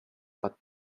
but